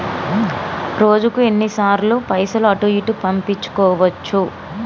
రోజుకు ఎన్ని సార్లు పైసలు అటూ ఇటూ పంపించుకోవచ్చు?